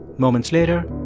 moments later,